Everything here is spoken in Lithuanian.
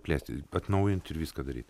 plėsti atnaujinti ir viską daryt